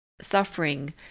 suffering